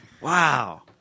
Wow